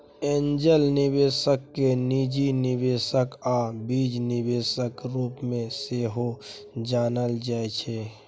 angel निबेशक केँ निजी निबेशक आ बीज निबेशक रुप मे सेहो जानल जाइ छै